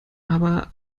aber